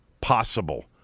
possible